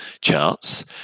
charts